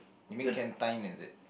you mean can time is it